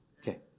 Okay